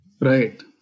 Right